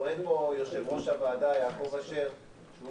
טוען פה יושב-ראש הוועדה יעקב אשר שהוא